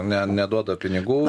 ne neduoda pinigų